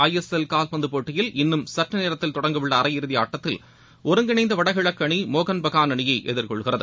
ஐ S L காவ்பந்து போட்டியில் இன்னும் சற்று நேரத்தில் தொடங்க உள்ள அரை இறுதி ஆட்டத்தில் ஒருங்கிணைந்த வடகிழக்கு அணி மோகன் பகான் அணியை எதிர்கொள்கிறது